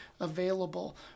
available